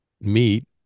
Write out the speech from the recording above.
meat